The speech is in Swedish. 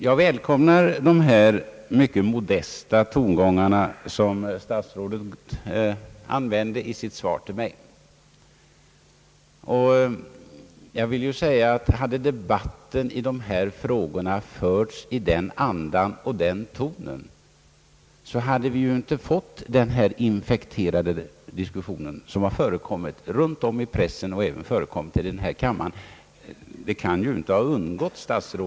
Jag välkomnar de mycket modesta tongångar som statsrådet använde i sitt svar till mig. Hade debatten i dessa frågor förts i den andan och med den tonen så hade vi inte fått den infekterade diskussion som förekommit runt om i pressen och som även förekommit i denna kammare.